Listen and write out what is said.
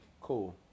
cool